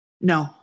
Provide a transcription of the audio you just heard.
No